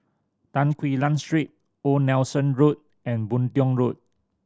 Tan Quee Lan Street Old Nelson Road and Boon Tiong Road